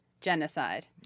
genocide